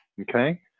Okay